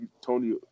Tony